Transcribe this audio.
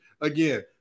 again